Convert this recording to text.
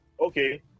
Okay